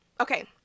okay